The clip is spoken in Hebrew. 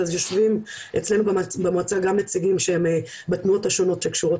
אז יושבים אצלנו במועצה גם נציגים שהם בתנועות השונות שקשורות